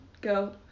go